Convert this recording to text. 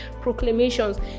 proclamations